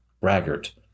braggart